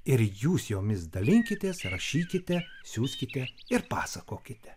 ir jūs jomis dalinkitės rašykite siųskite ir pasakokite